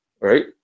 Right